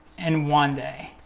and one day.